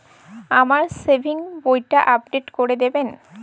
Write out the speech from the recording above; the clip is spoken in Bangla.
আমার সেভিংস বইটা আপডেট করে দেবেন?